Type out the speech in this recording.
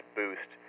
boost